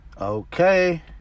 Okay